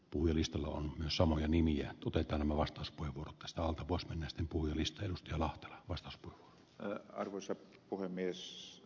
puhelistalla on myös samoja nimiä tuta että tämä windfall vero ikään kuin jollakin tavalla kytkeytyy tähän ydinvoimaan vähän toisessa muodossa